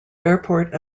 airport